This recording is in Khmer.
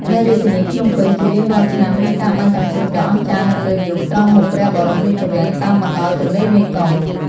នៅរាជធានីភ្នំពេញ ជារៀងរាល់ឆ្នាំមានការបាញ់កាំជ្រួចដ៏អស្ចារ្យនៅពេលយប់ ត្រង់មុខព្រះបរមរាជវាំងតាមបណ្តោយទន្លេមេគង្គ។